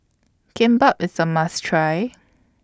Kimbap IS A must Try